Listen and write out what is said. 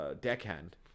deckhand